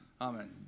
Amen